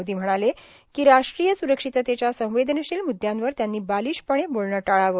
मोदी म्हणाले की राष्ट्रीय सुरक्षिततेच्या संवेदनशील मुद्यांवर त्यांनी बालिश पणे बोलणं टाळावं